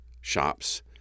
shops